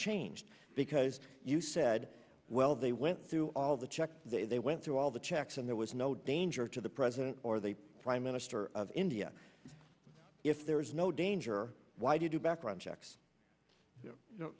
changed because you said well they went through all the checks they went through all the checks and there was no danger to the president or the prime minister of india if there is no danger why do you do background checks